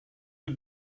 you